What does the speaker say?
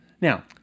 Now